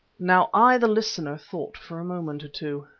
now i, the listener, thought for a moment or two.